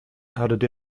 added